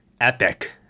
epic